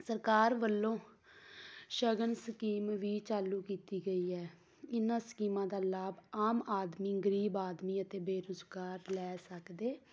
ਸਰਕਾਰ ਵੱਲੋਂ ਸ਼ਗਨ ਸਕੀਮ ਵੀ ਚਾਲੂ ਕੀਤੀ ਗਈ ਹੈ ਇਹਨਾਂ ਸਕੀਮਾਂ ਦਾ ਲਾਭ ਆਮ ਆਦਮੀ ਗਰੀਬ ਆਦਮੀ ਅਤੇ ਬੇਰੁਜ਼ਗਾਰ ਲੈ ਸਕਦੇ